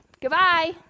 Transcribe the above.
Goodbye